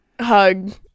hug